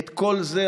ואת כל זה,